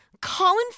Colin